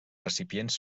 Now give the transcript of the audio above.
recipients